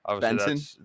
benson